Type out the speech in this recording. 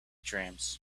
dreams